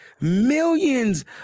millions